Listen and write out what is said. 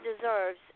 deserves